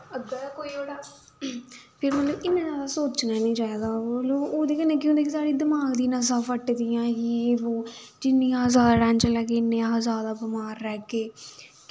फिर मतलब इन्ना जादा सोचना नेईं चाहिदा ओह्दे कन्नै केह् होंदा कि साढ़े दमाक दियां नसां फटदियां जे बो जिन्नी जादा अस टैंशन लैगे इन्ने अस जादा बमार रैह्गे